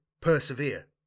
persevere